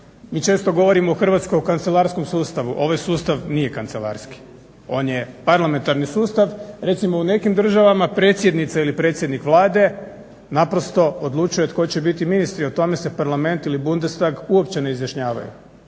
mi često govorimo o Hrvatskoj u kancelarskom sustavu, ovaj sustav nije kancelarski, on je parlamentarni sustav. Recimo u nekim državama predsjednica ili predsjednik Vlade naprosto odlučuje tko će biti ministri i o tome se Parlament ili Bundestag uopće ne izjašnjavaju,